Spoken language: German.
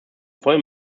vollem